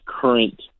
current